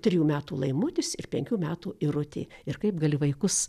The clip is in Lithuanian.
trijų metų laimutis ir penkių metų irutė ir kaip gali vaikus